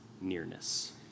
nearness